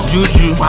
Juju